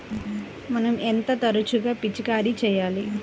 మనం ఎంత తరచుగా పిచికారీ చేయాలి?